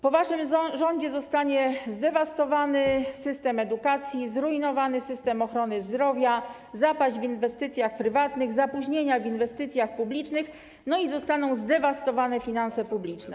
Po waszym rządzie zostanie zdewastowany system edukacji, zrujnowany system ochrony zdrowia, zapaść w inwestycjach prywatnych, zapóźnienia w inwestycjach publicznych i zdewastowane finanse publiczne.